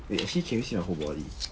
wait actually can you see my whole body